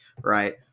Right